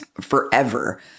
forever